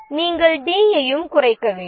நீங்கள் டி யையும் குறைக்க வேண்டும்